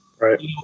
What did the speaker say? right